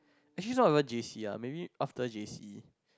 actually not even J_C ah maybe after J_C